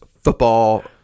football